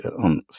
on